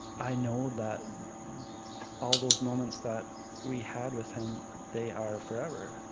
i know that all those moments that we had with him, they are forever.